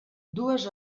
dues